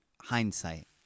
hindsight